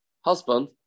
husband